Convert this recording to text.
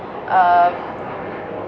uh